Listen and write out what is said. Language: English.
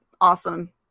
awesome